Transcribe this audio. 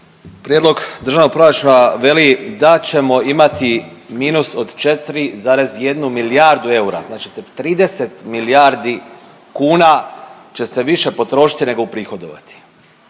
Prijedlog državnog proračuna veli da ćemo imati minus od 4,1 milijardu eura, znači 30 milijardi kuna će se više potrošiti nego uprihodovati.